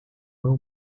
meu